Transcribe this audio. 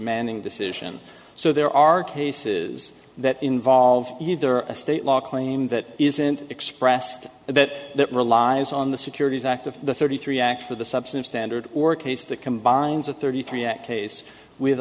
manning decision so there are cases that involve either a state law claim that isn't expressed that relies on the securities act of the thirty three act for the substance standard or a case that combines a thirty three act case with